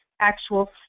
actual